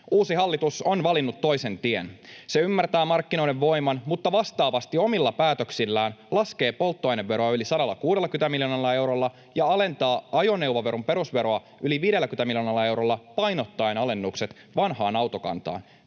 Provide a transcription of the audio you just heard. Uusi hallitus on valinnut toisen tien. Se ymmärtää markkinoiden voiman mutta vastaavasti omilla päätöksillään laskee polttoaineveroa yli 160 miljoonalla eurolla ja alentaa ajoneuvoveron perusveroa yli 50 miljoonalla eurolla painottaen alennukset vanhaan autokantaan.